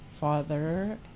father